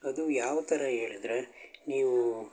ಅದು ಯಾವ ಥರ ಹೇಳಿದ್ರೆ ನೀವೂ